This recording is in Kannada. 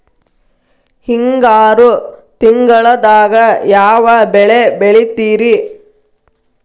ಹಿಂಗಾರು ತಿಂಗಳದಾಗ ಯಾವ ಬೆಳೆ ಬೆಳಿತಿರಿ?